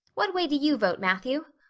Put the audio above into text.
what way do you vote, matthew?